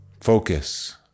focus